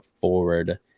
forward